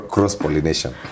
Cross-pollination